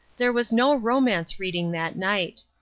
there was no romance-reading that night.